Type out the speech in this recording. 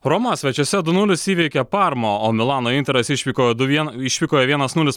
roma svečiuose du nulis įveikė parmą o milano interas išvykoje du vien išvykoje vienas nulis